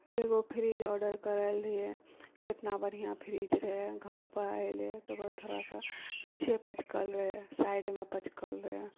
एकगो fridge order करल रहिये कितना बढ़िआँ फ्रिज रहै घर पर ऐलै तऽ थोड़ासँ पीछे पचकल रहै साइडमे पचकल रहै